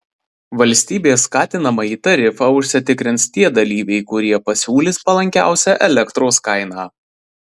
valstybės skatinamąjį tarifą užsitikrins tie dalyviai kurie pasiūlys palankiausią elektros kainą